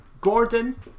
Gordon